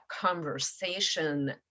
conversation